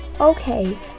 okay